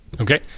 Okay